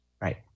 Right